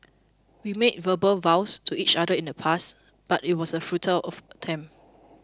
we made verbal vows to each other in the past but it was a futile of attempt